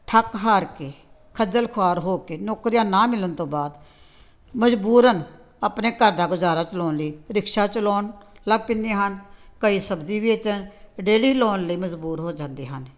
ਥੱਕ ਹਾਰ ਕੇ ਖੱਜਲ ਖੁਆਰ ਹੋ ਕੇ ਨੌਕਰੀਆਂ ਨਾ ਮਿਲਣ ਤੋਂ ਬਾਅਦ ਮਜ਼ਬੂਰਨ ਆਪਣੇ ਘਰ ਦਾ ਗੁਜ਼ਾਰਾ ਚਲਾਉਣ ਲਈ ਰਿਕਸ਼ਾ ਚਲਾਉਣ ਲੱਗ ਪੈਂਦੇ ਹਨ ਕਈ ਸਬਜ਼ੀ ਵੇਚਣ ਰੇੜ੍ਹੀ ਲਗਾਉਣ ਲਈ ਮਜ਼ਬੂਰ ਹੋ ਜਾਂਦੇ ਹਨ